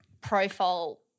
profile